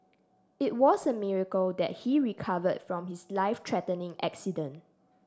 it was a miracle that he recovered from his life threatening accident